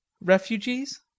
Refugees